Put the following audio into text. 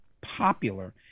popular